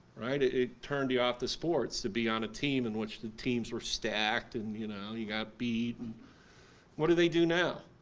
right, it turned you off the sport to be on a team in which the teams were stacked and you know, you got beat, and what do they do now?